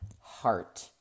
heart